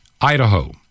Idaho